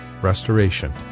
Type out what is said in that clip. restoration